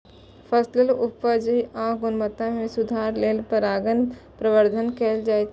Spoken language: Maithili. फसलक उपज या गुणवत्ता मे सुधार लेल परागण प्रबंधन कैल जाइ छै